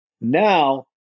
Now